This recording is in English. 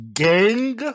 gang